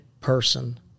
person